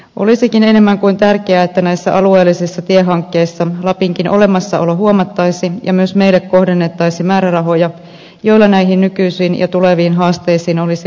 olisikin enemmän kuin tärkeää että näissä alueellisissa tiehankkeissa lapinkin olemassaolo huomattaisiin ja myös meille kohdennettaisiin määrärahoja joilla näihin nykyisiin ja tuleviin haasteisiin olisi mahdollista vastata